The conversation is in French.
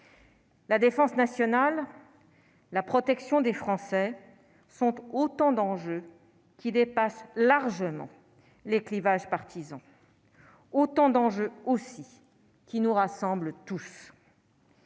La défense nationale, la protection des Français sont autant d'enjeux qui dépassent largement les clivages partisans, autant d'enjeux aussi qui nous rassemble tous.